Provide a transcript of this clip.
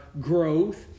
growth